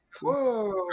Whoa